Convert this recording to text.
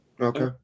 Okay